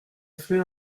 fait